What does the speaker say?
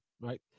right